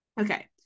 Okay